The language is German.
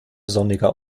sonniger